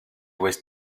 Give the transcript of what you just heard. was